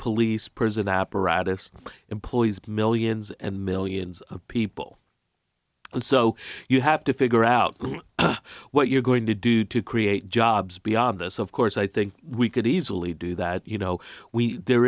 police prison apparatus employs millions and millions of people so you have to figure out what you're going to do to create jobs beyond this of course i think we could easily do that you know we there